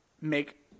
make